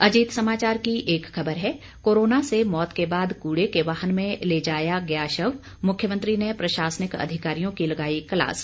अजीत समाचार की एक खबर है कोरोना से मौत के बाद कूड़े के वाहन में ले जाया गया शव मुख्यमंत्री ने प्रशासनिक अधिकारियों की लगाई क्लास